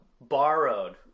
borrowed